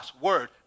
word